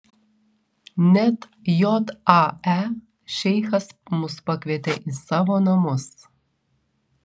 net jae šeichas mus pakvietė į savo namus